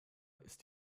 ist